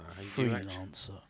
Freelancer